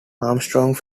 armstrong